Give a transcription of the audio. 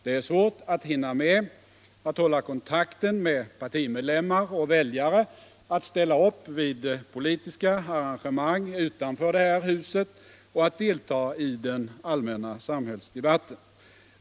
Det är svårt att hinna hålla kontakten med partimedlemmar och väljare, att ställa upp vid politiska arrangemang utanför det här huset och att delta i den allmänna samhällsdebatten.